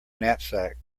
knapsack